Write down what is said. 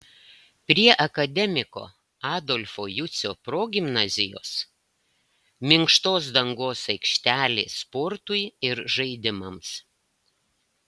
prie akademiko adolfo jucio progimnazijos minkštos dangos aikštelė sportui ir žaidimams